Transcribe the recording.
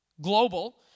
global